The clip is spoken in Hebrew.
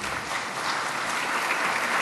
(מחיאות כפיים)